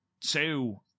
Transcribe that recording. two